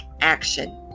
action